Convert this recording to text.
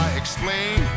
explain